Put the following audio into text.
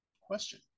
question